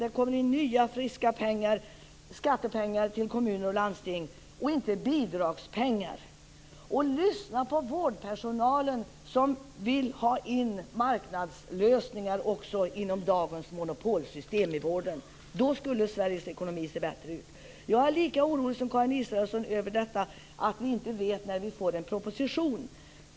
Då kommer det in nya friska skattepengar till kommuner och landsting i stället för bidragspengar. Lyssna på vårdpersonalen, som vill ha marknadslösningar inom dagens monopolsystem i vården! Då skulle Sveriges ekonomi se bättre ut. Jag är lika orolig som Karin Israelsson över att vi inte vet när vi får en proposition.